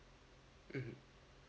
mmhmm